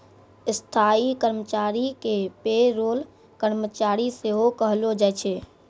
स्थायी कर्मचारी के पे रोल कर्मचारी सेहो कहलो जाय छै